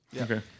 Okay